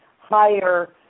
higher